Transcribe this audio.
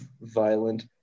violent